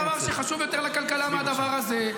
ואין דבר שחשוב יותר לכלכלה מהדבר הזה,